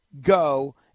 go